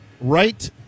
right